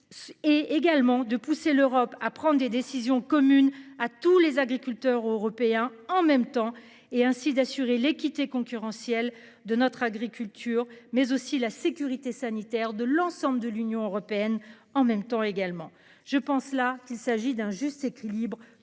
Et également de pousser l'Europe à prendre des décisions communes à tous les agriculteurs européens en même temps et ainsi d'assurer l'équité concurrentielle de notre agriculture, mais aussi la sécurité sanitaire de l'ensemble de l'Union européenne en même temps également je pense là qu'il s'agit d'un juste équilibre